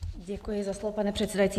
Děkuji za slovo, pane předsedající.